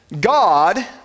God